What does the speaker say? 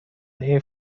این